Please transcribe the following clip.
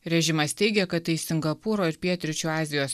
režimas teigia kad tai singapūro ir pietryčių azijos